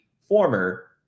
former